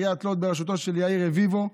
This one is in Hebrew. בעיריית לוד, בראשותו של יאיר רביבו,